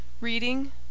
Reading